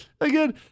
again